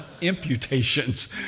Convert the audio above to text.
imputations